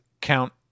count